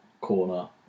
corner